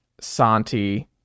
Santi